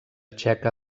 txeca